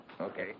Okay